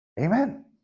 Amen